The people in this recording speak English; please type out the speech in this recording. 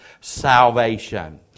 salvation